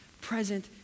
present